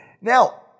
Now